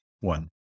one